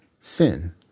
sin